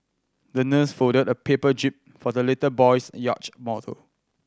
the nurse folded a paper jib for the little boy's yacht model